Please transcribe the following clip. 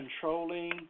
controlling